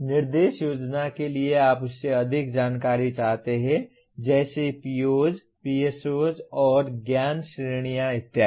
निर्देश योजना के लिए आप उससे अधिक जानकारी चाहते हैं जैसे POs PSOs और ज्ञान श्रेणियां इत्यादि